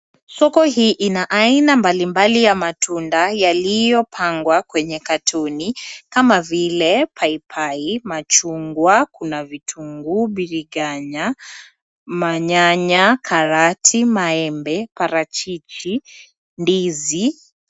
Soko hii ina aina mbali mbali ya matunda yaliyopangwa kwenye katoni, kama vile paipai, machungwa, kuna vitungu, biringanya, manyanya, karati, maembe, parachichi, ndizi.